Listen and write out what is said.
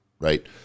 right